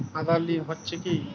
Aadhaar link হচ্ছে কি?